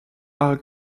are